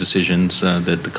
decisions that the